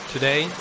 Today